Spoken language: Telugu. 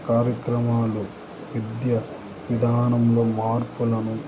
కార్యక్రమాలు విద్య విధానంలో మార్పులను